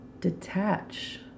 detach